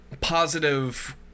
Positive